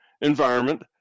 environment